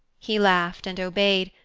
he laughed and obeyed,